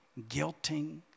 guilting